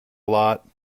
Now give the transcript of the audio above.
lot